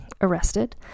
arrested